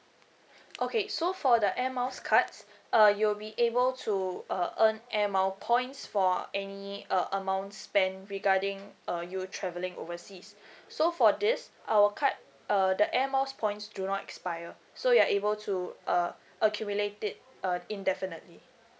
okay so for the air miles cards uh you'll be able to uh earn air mile points for any uh amount spend regarding uh you travelling overseas so for this our card uh the air miles points do not expire so you are able to uh accumulate it uh indefinitely